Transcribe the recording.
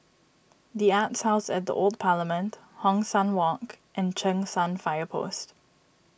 the Arts House at the Old Parliament Hong San Walk and Cheng San Fire Post